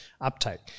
uptake